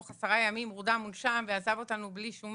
תוך עשרה ימים הורדם והונשם ועזב אותנו בלי שום